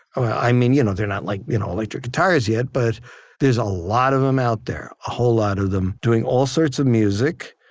i mean you know they're not like you know electric guitars yet, but there's a lot of them out there, a whole lot of them doing all sorts of music,